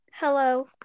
Hello